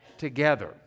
together